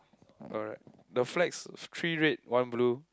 alright the flags three red one blue